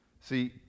See